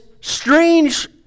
strange